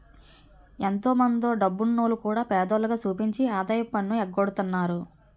ఎంతో మందో డబ్బున్నోల్లు కూడా పేదోల్లుగా సూపించి ఆదాయపు పన్ను ఎగ్గొడతన్నారు